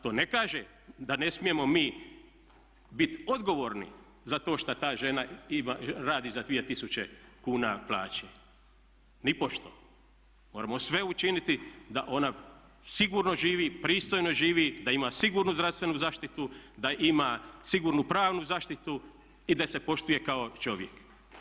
To ne kaže da ne smijemo mi bit odgovorni za to šta ta žena radi za 2000 kuna plaće, nipošto, moramo sve učiniti da ona sigurno živi, pristojno živi, da ima sigurnu zdravstvenu zaštitu, da ima sigurnu pravnu zaštitu i da se poštuje kao čovjek.